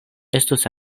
estus